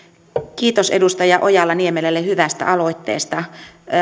kiitos edustaja ojala niemelälle hyvästä aloitteesta